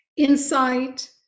Insight